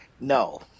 No